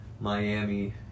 Miami